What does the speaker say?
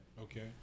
Okay